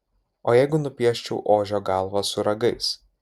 o jeigu nupieščiau ožio galvą su ragais